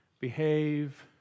behave